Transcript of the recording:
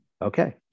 okay